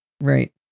right